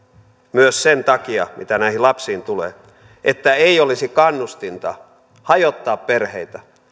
myös sen takia mitä näihin lapsiin tulee että ei olisi kannustinta hajottaa perheitä